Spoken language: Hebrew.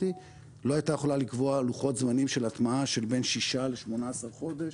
לא הייתה יכולה לקבוע לוחות זמנים של הטמעה של בין שישה ל-18 חודש,